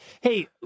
Hey